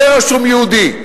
יהיה רשום "יהודי".